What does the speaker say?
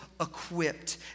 Equipped